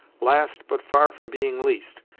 last, but far from being least,